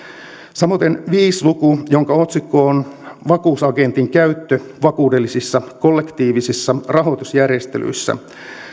samaten viiden luvun jonka otsikko on vakuusagentin käyttö vakuudellisissa kollektiivisissa rahoitusjärjestelyissä